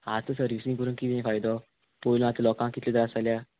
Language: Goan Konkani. आतां सर्विसींग करून किदें फायदो पयलू आतां लोकां कितले त्रास जाल्या